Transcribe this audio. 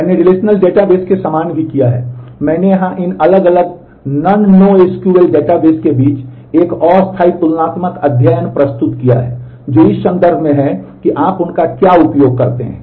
मैंने relational database के समान भी किया है मैंने यहां इन अलग अलग नॉन नो एसक्यूएल डेटाबेस के बीच एक अस्थायी तुलनात्मक अध्ययन प्रस्तुत किया है जो इस संदर्भ में है कि आप उनका क्या उपयोग करते हैं